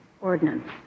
ordinance